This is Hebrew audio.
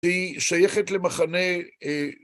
שהיא שייכת למחנה...